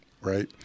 right